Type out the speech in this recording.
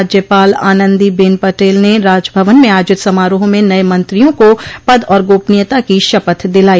राज्यपाल आनन्दी बेन पटेल ने राजभवन में आयोजित समारोह में नये मंत्रियों को पद और गोपनीयता की शपथ दिलाई